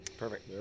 Perfect